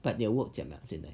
but your work 怎样了现在